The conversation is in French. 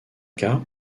cas